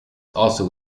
also